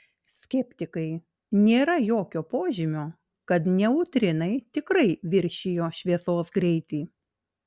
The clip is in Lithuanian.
skeptikai nėra jokio požymio kad neutrinai tikrai viršijo šviesos greitį